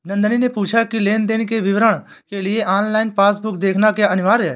नंदनी ने पूछा की लेन देन के विवरण के लिए ऑनलाइन पासबुक देखना क्या अनिवार्य है?